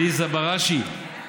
עליזה בראשי.